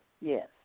yes